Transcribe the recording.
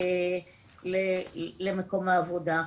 למקום העבודה.